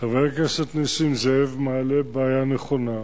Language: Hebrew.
חבר הכנסת נסים זאב מעלה בעיה נכונה,